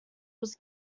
was